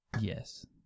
Yes